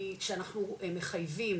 היא שאנחנו מחייבים